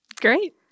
Great